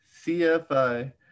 CFI